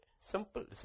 Simple